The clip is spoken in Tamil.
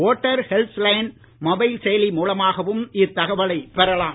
வோட்டர் ஹெல்ப் லைன் மொபைல் செயலி மூலமாகவும் இத்தகவலை பெறலாம்